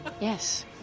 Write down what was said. Yes